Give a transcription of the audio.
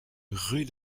rue